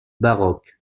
baroques